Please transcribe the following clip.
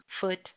foot